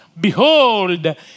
Behold